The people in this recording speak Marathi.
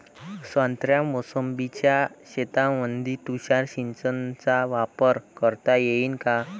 संत्रा मोसंबीच्या शेतामंदी तुषार सिंचनचा वापर करता येईन का?